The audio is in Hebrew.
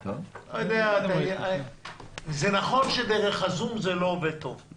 נכון שדרך הזום זה לא עובד טוב,